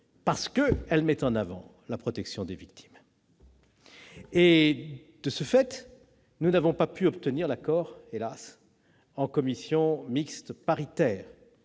parce qu'elle met en avant la protection des victimes. De ce fait, nous n'avons, hélas ! pas pu obtenir d'accord au sein de la commission mixte paritaire.